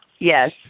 Yes